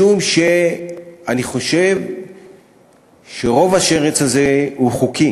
משום שאני חושב שרוב השרץ הזה הוא חוקי,